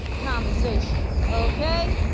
conversation, okay?